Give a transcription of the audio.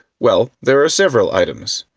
well, there are several items.